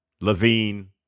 Levine